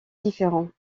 différents